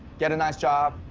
get a nice job.